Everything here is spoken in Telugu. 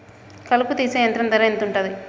కలుపు తీసే యంత్రం ధర ఎంతుటది?